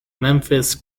memphis